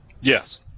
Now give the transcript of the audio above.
Yes